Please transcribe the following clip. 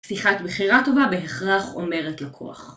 שיחת מכירה טובה בהכרח אומרת לקוח